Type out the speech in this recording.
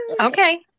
Okay